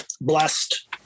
blessed